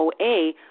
OA